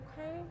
okay